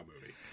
movie